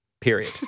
Period